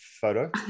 photo